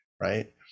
Right